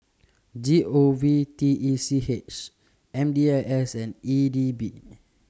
G O V T E C H M D I S and E D B